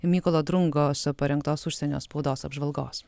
mykolo drungos parengtos užsienio spaudos apžvalgos